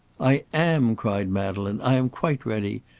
i am, cried madeleine i am quite ready.